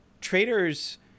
traders